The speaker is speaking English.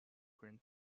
print